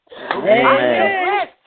amen